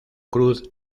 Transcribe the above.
cruz